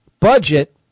Budget